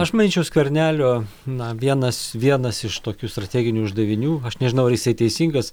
aš manyčiau skvernelio na vienas vienas iš tokių strateginių uždavinių aš nežinau ar jisai teisingas